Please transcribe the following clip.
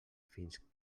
fins